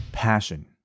passion